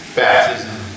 baptism